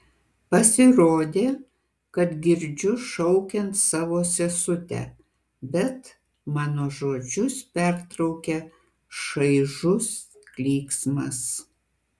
pasirodė kad girdžiu šaukiant savo sesutę bet mano žodžius pertraukia šaižus klyksmas